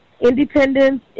Independence